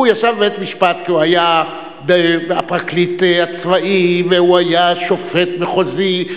הוא ישב בבית-המשפט כי הוא היה הפרקליט הצבאי והוא היה שופט מחוזי.